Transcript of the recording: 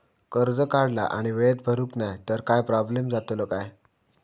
कर्ज काढला आणि वेळेत भरुक नाय तर काय प्रोब्लेम जातलो काय?